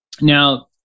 Now